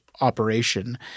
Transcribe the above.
operation